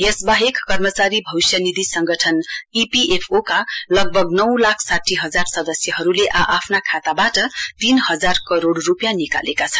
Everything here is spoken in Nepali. यसवाहेक कर्मचारी भविष्य निधि संगठन इपिएफओको लगभग नौ लाख साठी हजार सदस्यहरूले आ आफ्ना खाताबाट तीन हजार करोड़ रूपियाँ निकालेका छन्